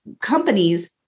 companies